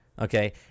okay